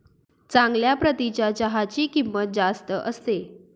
चांगल्या प्रतीच्या चहाची किंमत जास्त असते